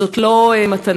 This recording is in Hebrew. זאת לא מתנה.